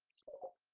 so